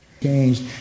Changed